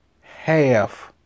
half